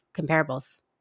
comparables